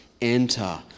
enter